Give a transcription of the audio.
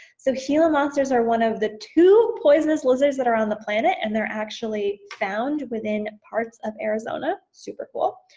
so gila monsters are one of the two poisonous lizards that are on the planet, and they're actually found within parts of arizona, super cool.